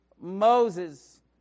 Moses